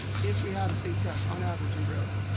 if we had a state test, on average in growth.